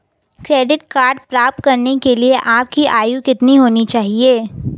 Credit card प्राप्त करने के लिए आपकी आयु कितनी होनी चाहिए?